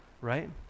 Right